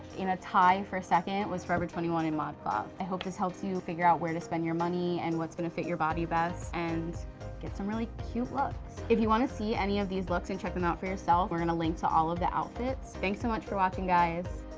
in a tie for second was forever twenty one and modcloth. i hope this helps you figure out where to spend your money, and what's gonna fit your body best, and get some really cute looks. if you wanna see any of these looks, and check them out for yourself, we're gonna link to all of the outfits. thanks so much for watching, guys.